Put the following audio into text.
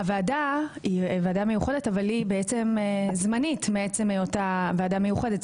הוועדה היא ועדה מיוחדת אבל היא בעצם זמנית מעצם היותה ועדה מיוחדת.